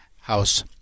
house